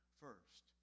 first